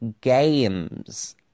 games